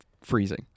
freezing